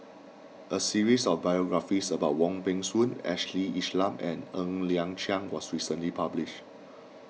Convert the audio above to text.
a series of biographies about Wong Peng Soon Ashley Isham and Ng Liang Chiang was recently published